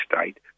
state